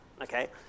Okay